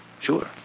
Sure